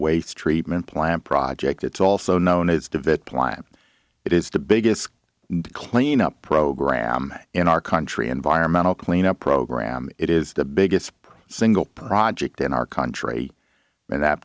waste treatment plant project it's also known as devitt plant it is the biggest cleanup program in our country environmental cleanup program it is the biggest single project in our country and that